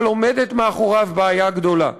אבל עומדת מאחוריו בעיה גדולה,